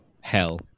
Hell